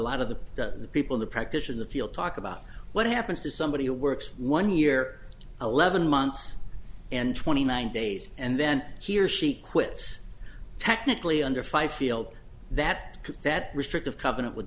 of the people who practice in the field talk about what happens to somebody who works one year eleven months and twenty nine days and then he or she quits technically under five field that that restrictive covenant w